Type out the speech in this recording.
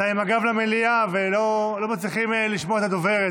אתה עם הגב למליאה ולא מצליחים לשמוע את הדוברת,